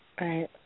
Right